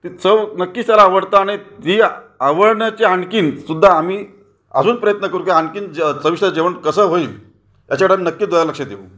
ती चव नक्कीच त्याला आवडते आणि जी आवडण्याची आणखीन सुद्धा आम्ही अजून प्रयत्न करू की आणखीन जर चविष्ट जेवण कसं होईल याच्याकडे नक्कीच लक्ष देऊ